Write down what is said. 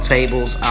Tables